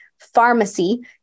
pharmacy